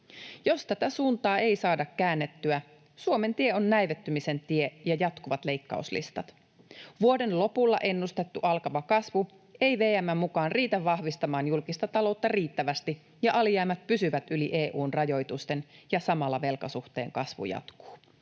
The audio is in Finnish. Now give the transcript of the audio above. Jos tätä suuntaa ei saada käännettyä, Suomen tie on näivettymisen tie ja jatkuvat leikkauslistat. Vuoden lopulla ennustettu alkava kasvu ei VM:n mukaan riitä vahvistamaan julkista taloutta riittävästi, alijäämät pysyvät yli EU:n rajoitusten ja samalla velkasuhteen kasvu jatkuu.